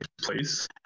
place